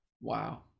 Wow